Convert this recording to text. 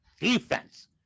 Defense